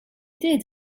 did